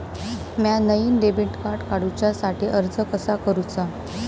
म्या नईन debit card काडुच्या साठी अर्ज कसा करूचा?